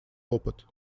опыт